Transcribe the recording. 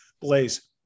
blaze